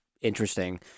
interesting